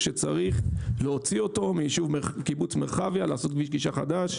שצריך להוציא אותו מקיבוץ מרחביה ולעשות כביש גישה חדש.